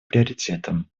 приоритетом